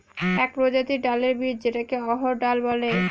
এক প্রজাতির ডালের বীজ যেটাকে অড়হর ডাল বলে